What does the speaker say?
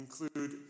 include